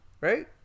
right